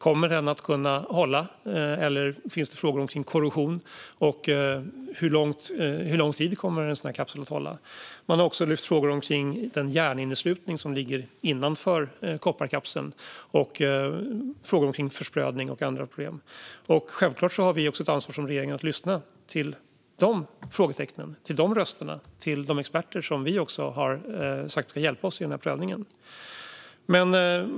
Kommer kapseln att hålla, eller finns det risk för korrosion? Hur lång tid kommer den att hålla? De har också lyft frågor om den järninneslutning som ligger innanför kopparkapseln samt frågor om försprödning och andra problem. Självklart har vi som regering ett ansvar att lyssna till dessa frågetecken, röster och experter som vi har sagt ska hjälpa oss i den här prövningen.